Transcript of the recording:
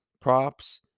Props